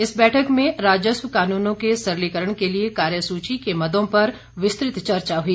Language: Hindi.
इस बैठके में राजस्व कानूनों के सरलीकरण के लिए कार्यसूची के मदों पर विस्तृत चर्चा हुई